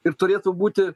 ir turėtų būti